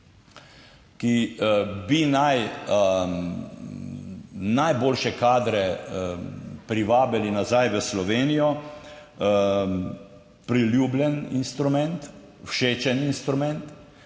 ki bi naj najboljše kadre privabili nazaj v Slovenijo. Priljubljen instrument, všečen instrument.